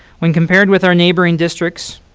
when compared with our neighboring districts,